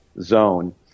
zone